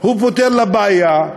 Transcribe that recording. הוא פותר לה בעיה,